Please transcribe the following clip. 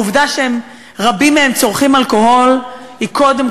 העובדה שרבים מהם צורכים אלכוהול היא קודם